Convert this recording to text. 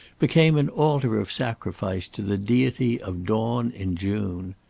became an altar of sacrifice to the deity of dawn in june.